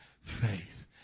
faith